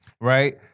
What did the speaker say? Right